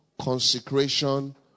consecration